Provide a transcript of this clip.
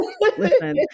Listen